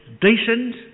decent